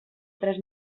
tres